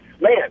Man